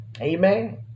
Amen